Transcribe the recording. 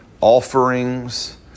offerings